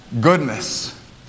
goodness